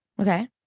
okay